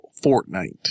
Fortnite